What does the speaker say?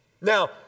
Now